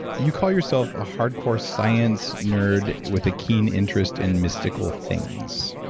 you call yourself a hardcore science nerd with a keen interest in mystical things.